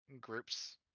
groups